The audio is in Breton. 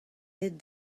aet